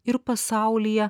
ir pasaulyje